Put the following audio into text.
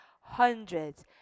hundreds